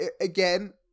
again